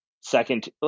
second